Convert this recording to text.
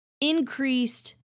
increased